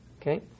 Okay